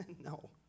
No